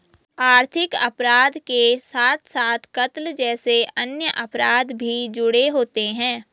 आर्थिक अपराध के साथ साथ कत्ल जैसे अन्य अपराध भी जुड़े होते हैं